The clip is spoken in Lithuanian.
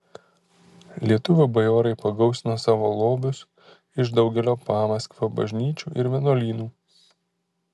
lietuvių bajorai pagausino savo lobius iš daugelio pamaskvio bažnyčių ir vienuolynų